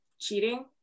Cheating